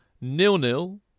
nil-nil